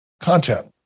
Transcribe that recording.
content